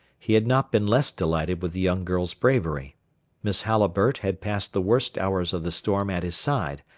he had not been less delighted with the young girl's bravery miss halliburtt had passed the worst hours of the storm at his side,